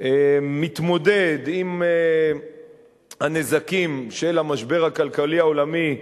מתמודד עם הנזקים של המשבר הכלכלי העולמי,